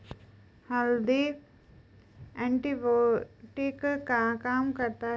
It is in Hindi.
हल्दी एंटीबायोटिक का काम करता है